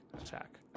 attack